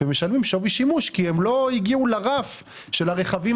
ומשלמים שווי שימוש כי הם לא הגיעו לרף של הרכבים